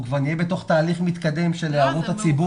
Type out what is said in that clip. אנחנו כבר נהיה בתוך תהליך מתקדם של הערות הציבור.